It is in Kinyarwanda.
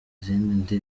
izindi